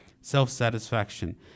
self-satisfaction